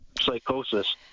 psychosis